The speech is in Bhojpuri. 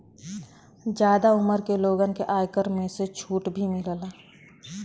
जादा उमर के लोगन के आयकर में से छुट भी मिलला